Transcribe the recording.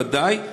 בוודאי,